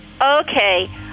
Okay